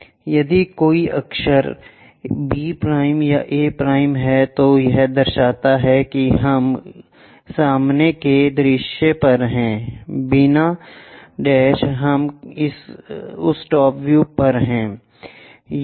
यदि कोई अक्षर B' या A' है तो यह दर्शाता है कि हम सामने के दृश्य पर हैं बिना हम उस टॉप व्यू पर हैं